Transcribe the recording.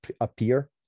appear